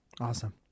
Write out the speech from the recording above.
Awesome